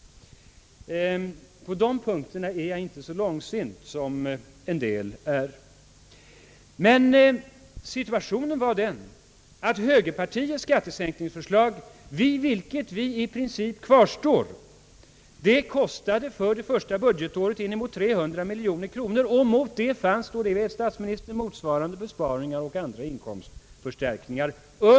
På de punkterna är jag inte så långsint som en del andra är. Situationen var emellertid den att högerpartiets skattesänkningsförslag, vid vilket vi i princip kvarstår, för det första budgetåret kostade inemot 300 miljoner kronor. Men det fanns, herr statsminister, motsvarande besparingar och andra inkomstförstärkningar.